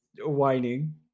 whining